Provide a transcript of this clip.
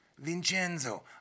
Vincenzo